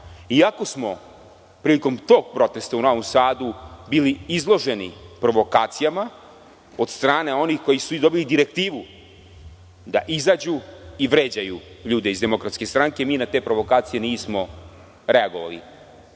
iako smo prilikom tog protesta u Novom Sadu bili izloženi provokacijama od strane onih koji su i dobili direktivu, da izađu i vređaju ljude iz DS. Mi na te provokacije nismo reagovali.